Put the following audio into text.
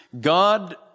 God